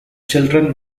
children